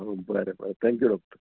बरें बरें thank you doctor